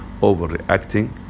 overreacting